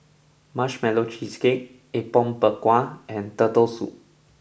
Marshmallow Cheesecake Apom Berkuah and Turtle Soup